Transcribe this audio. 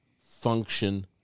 function